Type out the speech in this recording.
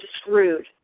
screwed